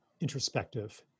introspective